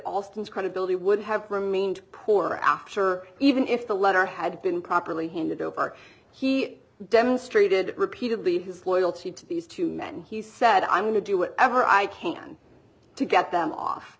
alston's credibility would have remained poor after even if the letter had been properly handed over he demonstrated repeatedly his loyalty to these two men he said i'm going to do whatever i can to get them off